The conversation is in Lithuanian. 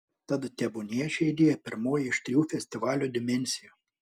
tad tebūnie ši idėja pirmoji iš trijų festivalio dimensijų